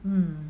mm